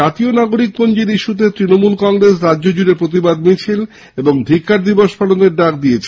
জাতীয় নাগরিক পঞ্জী ইস্যুতে তৃণমূল কংগ্রেস রাজ্যজুড়ে প্রতিবাদ মিছিল ও ধিক্কার দিবস পালনের ডাক দিয়েছে